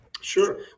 Sure